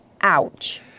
Ouch